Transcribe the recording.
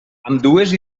ambdues